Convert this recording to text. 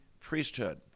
priesthood